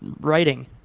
writing